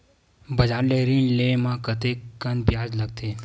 बजार ले ऋण ले म कतेकन ब्याज लगथे?